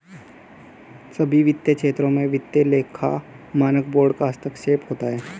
सभी वित्तीय क्षेत्रों में वित्तीय लेखा मानक बोर्ड का हस्तक्षेप होता है